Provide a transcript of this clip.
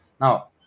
Now